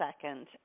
second